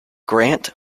grant